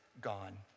gone